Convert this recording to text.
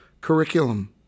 curriculum